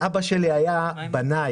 אבא שלי היה בנאי,